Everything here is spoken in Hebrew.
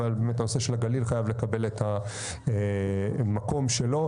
אבל באמת הנושא של הגליל חייב לקבל את המקום שלו.